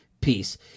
peace